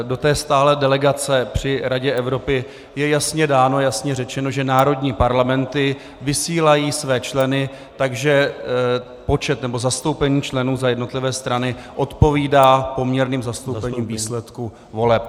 Do stálé delegace při Radě Evropy je jasně dáno, jasně řečeno, že národní parlamenty vysílají své členy, takže zastoupení členů za jednotlivé strany odpovídá poměrným zastoupením výsledků voleb.